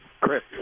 Chris